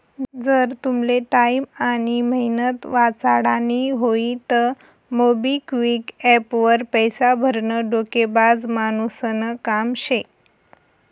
जर तुमले टाईम आनी मेहनत वाचाडानी व्हयी तं मोबिक्विक एप्प वर पैसा भरनं डोकेबाज मानुसनं काम शे